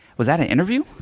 was that an interview?